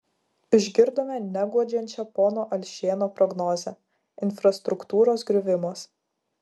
išgirdome neguodžiančią pono alšėno prognozę infrastruktūros griuvimas